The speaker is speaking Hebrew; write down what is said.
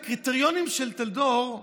בקריטריונים של טלדור,